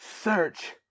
search